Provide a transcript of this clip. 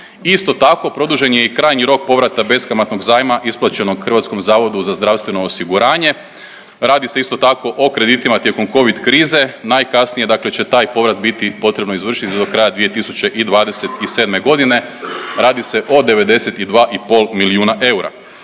Isto tako produžen je i krajnji rok povrata beskamatnog zajma isplaćenog HZZO-u, radi se isto tako o kreditima tijekom covid krize, najkasnije će taj povrat biti potrebno izvršiti do kraja 2027.g., radi se o 92,5 milijuna eura.